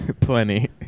Plenty